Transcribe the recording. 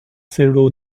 cerro